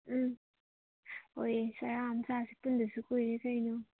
ꯎꯝ ꯍꯣꯏ ꯆꯔꯥ ꯑꯃ ꯆꯥꯁꯦ ꯄꯨꯟꯗꯕꯁꯨ ꯀꯨꯏꯔꯦ ꯀꯩꯅꯣ